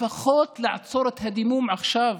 לפחות לעצור את הדימום עכשיו,